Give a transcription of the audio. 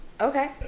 Okay